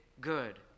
good